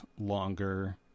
longer